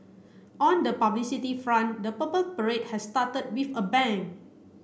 on the publicity front the Purple Parade has started with a bang